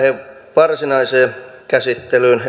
varsinaiseen käsittelyyn